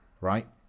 right